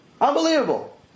Unbelievable